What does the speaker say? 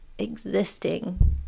existing